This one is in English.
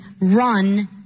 run